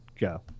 go